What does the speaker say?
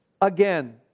again